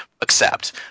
Accept